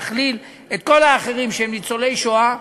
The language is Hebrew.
להכליל את כל האחרים שהם ניצולי שואה,